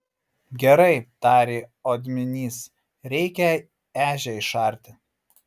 gerai tarė odminys reikia ežią išarti